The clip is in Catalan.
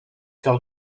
cal